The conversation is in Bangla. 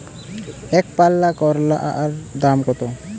একপাল্লা করলার দাম কত?